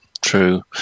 true